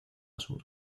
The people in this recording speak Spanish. sur